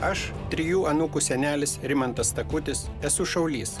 aš trijų anūkų senelis rimantas takutis esu šaulys